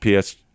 PS